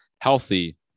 healthy